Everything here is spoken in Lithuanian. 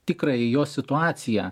tikrąją jo situaciją